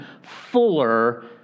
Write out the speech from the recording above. fuller